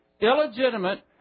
illegitimate